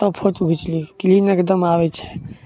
तब फोटो घिचली क्लीन एगदम आबै छै